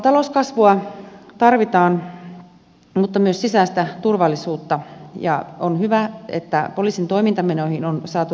talouskasvua tarvitaan mutta myös sisäistä turvallisuutta ja on hyvä että poliisin toimintamenoihin on saatu lisäystä